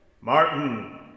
Martin